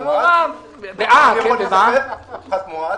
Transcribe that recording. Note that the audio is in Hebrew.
פחת מואץ,